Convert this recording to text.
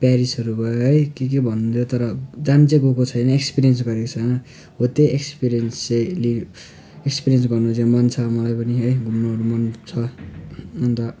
पेरिसहरू भयो है के के भन्थ्यो तर जानु चाहिँ गएको छैन एक्सपिरियन्स गरेको छैन हो त्यही एक्सपिरियन्स चाहिँ लिनु एक्सपिरियन्स गर्नु चाहिँ मन छ मलाई पनि है घुम्नुहरू मन छ अन्त